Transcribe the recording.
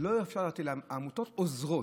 אי-אפשר להטיל, העמותות עוזרות,